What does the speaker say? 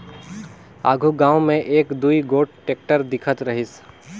आघु गाँव मे एक दुई गोट टेक्टर दिखत रहिस